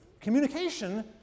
Communication